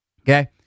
Okay